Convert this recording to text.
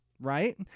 right